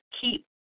keep